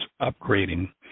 upgrading